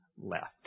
left